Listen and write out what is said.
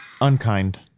unkind